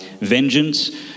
vengeance